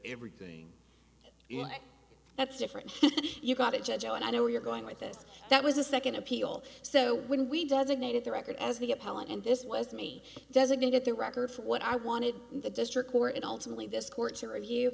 everything that's different you got a judge i know where you're going with this that was a second appeal so when we designated the record as the appellant and this was me designated the record for what i wanted the district court and ultimately this court to review